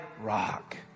rock